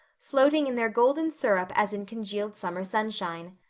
floating in their golden syrup as in congealed summer sunshine.